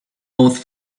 both